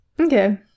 Okay